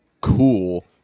cool